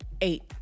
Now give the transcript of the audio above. eight